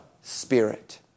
Spirit